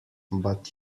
but